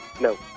No